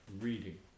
reading